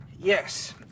Yes